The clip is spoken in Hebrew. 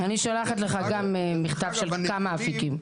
אני שולחת לך גם מכתב של כמה אפיקים.